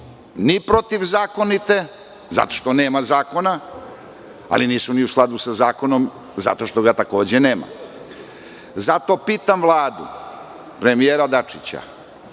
ni protivzakonite, zato što nema zakona, ali nisu ni u skladu sa zakonom, zato što ga takođe nema. Zato, pitam Vladu, premijera Dačića,